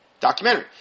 Documentary